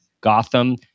Gotham